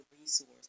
resource